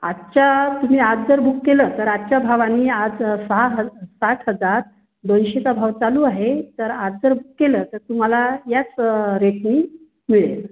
आजच्या तुम्ही आज जर बुक केलं तर आजच्या भावाने आज सहा हजार पाच हजार दोनशेचा भाव चालू आहे तर आज जर बुक केलं तर तुम्हाला याच रेटने मिळेल